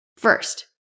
First